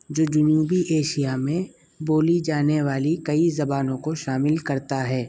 جو جنوبی ایشیا میں بولی جانے والی کئی زبانوں کو شامل کرتا ہے